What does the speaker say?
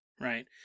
right